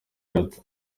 gato